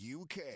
UK